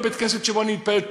בבית-הכנסת שבו אני מתפלל,